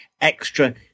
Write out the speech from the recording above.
extra